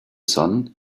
sun